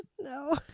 No